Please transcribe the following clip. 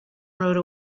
rode